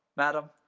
madam,